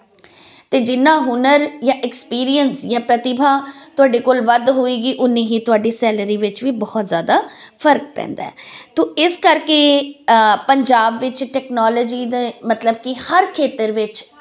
ਤੇ ਜਿਨਾਂ ਹੁਨਰ ਜਾਂ ਐਕਸਪੀਰੀਅਂਸ ਜਾਂ ਪ੍ਰਤਿਭਾ ਤੁਹਾਡੇ ਕੋਲ ਵੱਧ ਹੋਏਗੀ ਉਨੀ ਹੀ ਤੁਹਾਡੀ ਸੈਲਰੀ ਵਿੱਚ ਵੀ ਬਹੁਤ ਜਿਆਦਾ ਫਰਕ ਪੈਂਦਾ ਤੋ ਇਸ ਕਰਕੇ ਪੰਜਾਬ ਵਿੱਚ ਟੈਕਨੋਲੋਜੀ ਦੇ ਮਤਲਬ ਕਿ ਹਰ ਖੇਤਰ ਵਿੱਚ